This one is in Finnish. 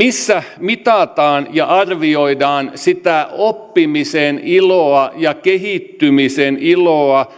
joissa mitataan ja arvioidaan sitä oppimisen iloa ja kehittymisen iloa